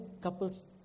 couples